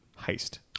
heist